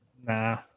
Nah